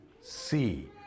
see